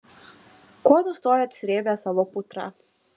ko nustojot srėbę savo putrą